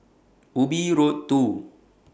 Ubi Road two